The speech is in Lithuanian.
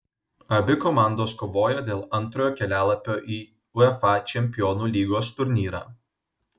abi komandos kovoja dėl antrojo kelialapio į uefa čempionų lygos turnyrą